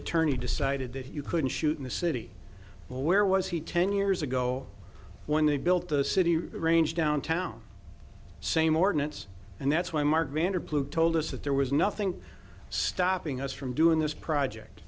attorney decided that you couldn't shoot in the city well where was he ten years ago when they built the city range downtown same ordinance and that's why mark vander blue told us that there was nothing stopping us from doing this project